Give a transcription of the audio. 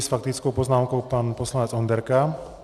S faktickou poznámkou pan poslanec Onderka.